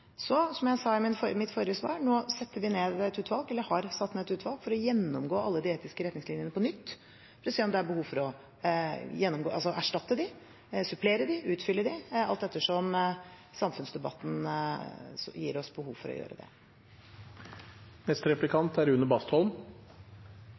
Som jeg sa i mitt forrige svar: Nå har vi satt ned et utvalg for å gjennomgå alle de etiske retningslinjene på nytt for å se om det er behov for å erstatte dem, supplere dem, utfylle dem, alt etter som samfunnsdebatten gir oss behov for å gjøre det.